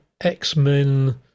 X-Men